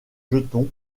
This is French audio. jetons